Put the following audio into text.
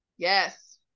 Yes